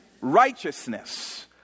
righteousness